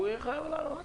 הוא יהיה חייב לענות לך.